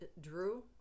Drew